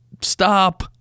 stop